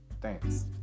Thanks